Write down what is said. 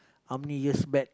how many years back